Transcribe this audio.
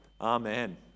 amen